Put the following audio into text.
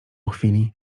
chwili